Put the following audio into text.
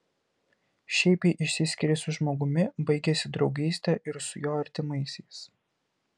šiaip jei išsiskiri su žmogumi baigiasi draugystė ir su jo artimaisiais